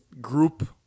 group